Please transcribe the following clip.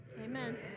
Amen